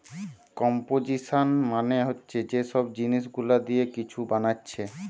composition মানে হচ্ছে যে সব জিনিস গুলা দিয়ে কিছু বানাচ্ছে